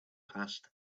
passed